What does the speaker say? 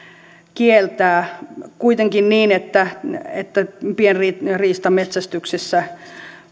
kieltää kuitenkin niin että että pienriistan metsästyksessä